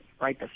right